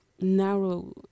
narrow